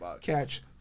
Catch